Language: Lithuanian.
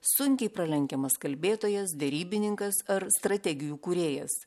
sunkiai pralenkiamas kalbėtojas derybininkas ar strategijų kūrėjas